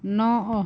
ନଅ